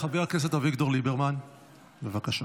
חבר הכנסת אביגדור ליברמן, בבקשה.